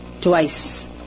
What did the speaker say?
twice